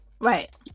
Right